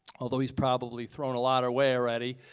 although he's probably thrown a lot our way already,